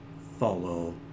follow